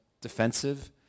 defensive